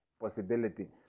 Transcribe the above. possibility